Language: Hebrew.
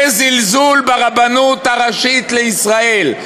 זה זלזול ברבנות הראשית לישראל.